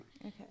Okay